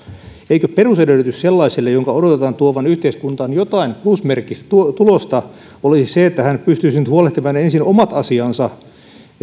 eikö perusedellytys sellaiselle jonka odotetaan tuovan yhteiskuntaan jotain plusmerkkistä tulosta olisi se että hän pystyisi nyt huolehtimaan ensin omat asiansa